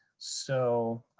so